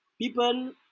people